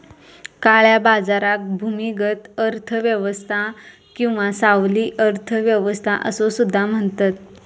काळ्या बाजाराक भूमिगत अर्थ व्यवस्था किंवा सावली अर्थ व्यवस्था असो सुद्धा म्हणतत